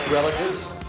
Relatives